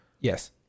Yes